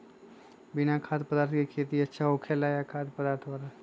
बिना खाद्य पदार्थ के खेती अच्छा होखेला या खाद्य पदार्थ वाला?